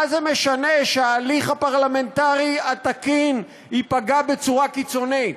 מה זה משנה שההליך הפרלמנטרי התקין ייפגע בצורה קיצונית?